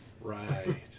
Right